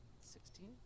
sixteen